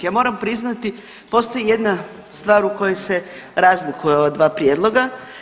Ja moram priznati, postoji jedna stvar u kojoj se razlikuju ova dva prijedloga.